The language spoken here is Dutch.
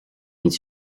niet